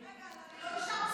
אני לא אישה מספיק?